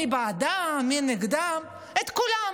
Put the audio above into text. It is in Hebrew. מי בעדם, מי נגדם, את כולם,